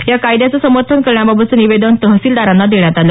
या कायद्याचं समर्थन करण्याबाबतचं निवेदन तहसीलदारांना देण्यात आलं